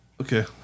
Okay